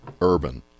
Urban